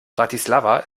bratislava